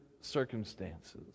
circumstances